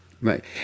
Right